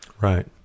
Right